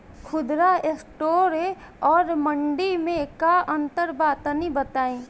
खुदरा स्टोर और मंडी में का अंतर बा तनी बताई?